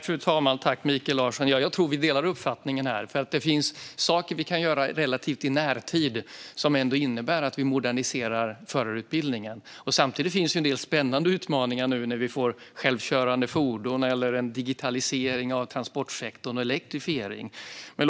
Fru talman! Jag tror att vi delar denna uppfattning. Det finns sådant vi kan göra i relativ närtid som ändå innebär att vi moderniserar förarutbildningen. Samtidigt finns en del spännande utmaningar med självkörande fordon och en digitalisering och elektrifiering av transportsektorn.